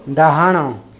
ଡ଼ାହାଣ